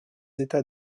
états